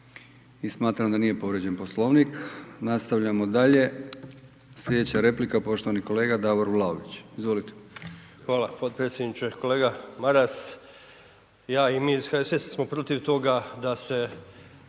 i smatram da nije povrijeđen Poslovnik. Nastavljamo dalje. Sljedeća replika, poštovani kolega Davor Vlaović. Izvolite. **Vlaović, Davor (HSS)** Hvala potpredsjedniče. Kolega Maras. Ja i mi iz HSS-a smo protiv toga da se